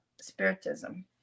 spiritism